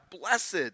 blessed